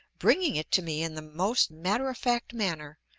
bringing it to me in the most matter-of-fact manner,